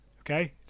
Okay